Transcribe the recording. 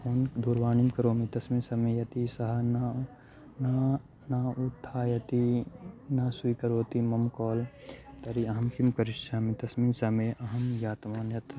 phone दूरवाणीं करोमि तस्मिन् समये अति सहना न न उत्थापयति न स्वीकरोति मम काल् तर्हि अहं किं करिष्यामि तस्मिन् समये अहं ज्ञातवान् यत्